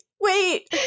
Wait